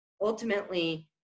ultimately